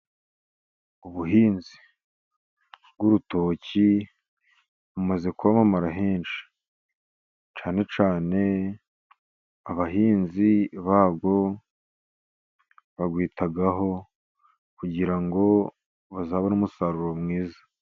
Ubuhinzi bw'urutoki bumaze kwamamara henshi cyane cyane abahinzi babwo, babwitaho kugira ngo bazabone umusaruro mwiza.